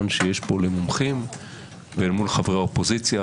שיש פה למומחים ומול חברי האופוזיציה